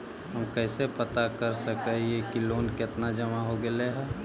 हम कैसे पता कर सक हिय की लोन कितना जमा हो गइले हैं?